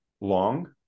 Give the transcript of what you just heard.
long